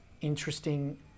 interesting